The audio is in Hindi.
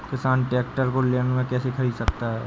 किसान ट्रैक्टर को लोन में कैसे ख़रीद सकता है?